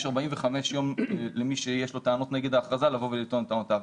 יש 45 ימים למי שיש לו טענות נגד הכרזה לבוא ולטעון את טענותיו.